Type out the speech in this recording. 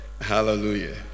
Hallelujah